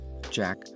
Jack